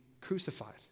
crucified